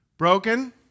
Broken